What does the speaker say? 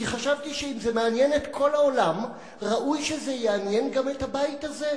כי חשבתי שאם זה מעניין את כל העולם ראוי שזה יעניין גם את הבית הזה.